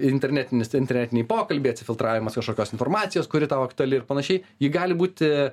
internetinis internetiniai pokalbiai atsifiltravimas kažkokios informacijos kuri tau aktuali ir panašiai ji gali būti